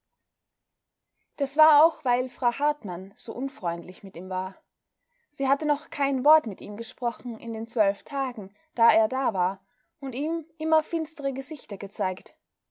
das war auch weil frau hartmann so unfreundlich mit ihm war sie hatte noch kein wort mit ihm gesprochen in den zwölf tagen da er da war und ihm immer finstere gesichter gezeigt